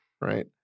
right